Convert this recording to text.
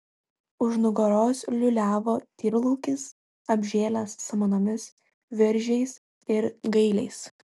už nugaros liūliavo tyrlaukis apžėlęs samanomis viržiais ir gailiais